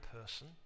person